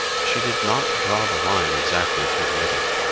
she did not draw the line exactly through the middle.